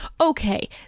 Okay